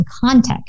context